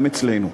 גם אצלנו.